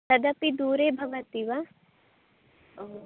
तदपि दूरे भवति वा ओ